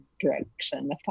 direction